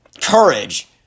courage